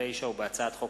יריב לוין, הצעת חוק